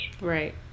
right